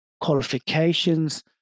qualifications